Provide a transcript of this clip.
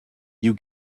you